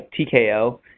TKO